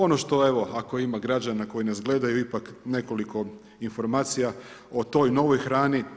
Ono što evo ako ima građana koji nas gledaju ipak nekoliko informacija o toj novoj hrani.